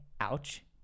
Ouch